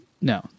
No